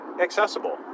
accessible